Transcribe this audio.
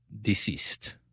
deceased